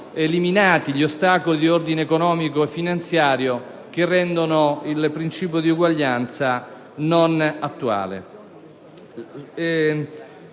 eliminati gli ostacoli di ordine economico e finanziario che rendono il principio di uguaglianza non attuale.